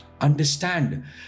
understand